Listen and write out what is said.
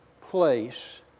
place